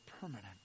permanent